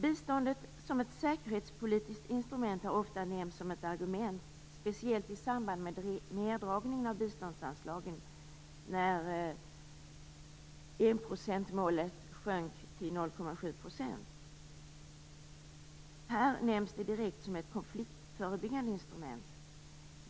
Biståndet som ett säkerhetspolitiskt instrument har ofta nämnts som ett argument, speciellt i samband med neddragningen av biståndsanslagen när enprocentsmålet sjönk till 0,7 %. Här nämns det direkt som ett konfliktförebyggande instrument.